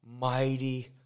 mighty